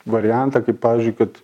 variantą kaip pavyzdžiui kad